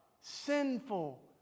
sinful